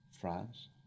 France